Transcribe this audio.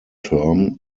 term